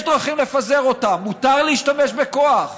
יש דרכים לפזר אותן, מותר להשתמש בכוח,